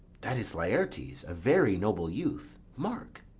that is laertes, a very noble youth mark.